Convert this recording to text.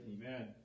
Amen